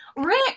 Rick